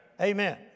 Amen